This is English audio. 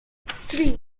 three